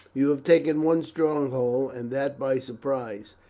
you have taken one stronghold, and that by surprise,